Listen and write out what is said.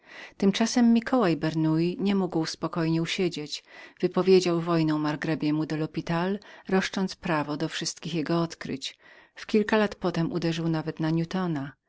tymczasem mikołaj bernouilly nie mógł spokojnie usiedzieć wypowiedział wojnę margrabiemu de lhspital roszcząc prawo do wszystkich jego odkryć w kilka zaś lat potem uderzył nawet na